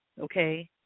okay